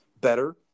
better